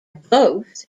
both